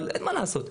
אבל אין מה לעשות.